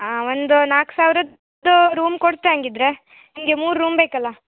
ಹಾಂ ಒಂದು ನಾಲ್ಕು ಸಾವಿರದ್ದು ರೂಮ್ ಕೊಡ್ತೆ ಹಂಗಿದ್ರೆ ನಿಮಗೆ ಮೂರು ರೂಮ್ ಬೇಕಲ್ಲ